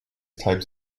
types